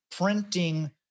printing